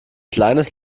kleines